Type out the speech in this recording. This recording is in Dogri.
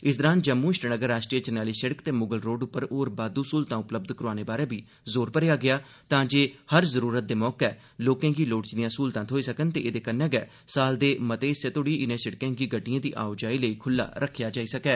इस दौरान जम्मू श्रीनगर राष्ट्रीय जरनैली सिड़क ते म्गल रोड उप्पर होर बाद्दू स्हलतां उपलब्ध कराने बारै बी जोर भरेया गेया तां जे हर जरुरत दे मौके लोकें गी लोड़चदियां स्हलतां थ्होई सकन ते एदे कन्नै गै साल दे मते हिस्से तोड़ी इनें सिड़कें गी गड्डियें दी आओ जाई लेई ख्ल्ला रक्खेया जाई सकै